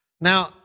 Now